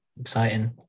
exciting